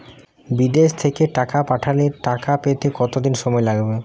বিদেশ থেকে টাকা পাঠালে টাকা পেতে কদিন সময় লাগবে?